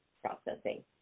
processing